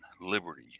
Liberty